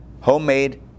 homemade